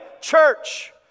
church